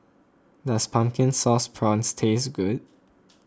does Pumpkin Sauce Prawns taste good